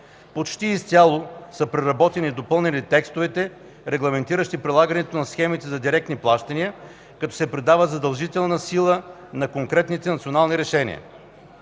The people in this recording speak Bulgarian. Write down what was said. Почти изцяло са преработени и допълнени текстовете, регламентиращи прилагането на схемите за директни плащания, като се придава задължителна сила на конкретните национални решения.